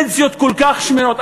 פנסיות כל כך שמנות,